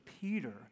Peter